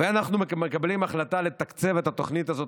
ואנחנו מקבלים החלטה לתקצב את התוכנית הזאת